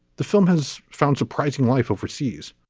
the film has found surprising life overseas.